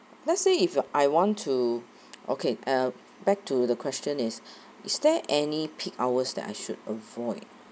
let's say if I want to okay uh back to the question is is there any peak hours that I should avoid